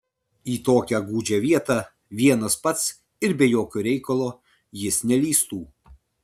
į tokią gūdžią vietą vienas pats ir be jokio reikalo jis nelįstų